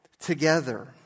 together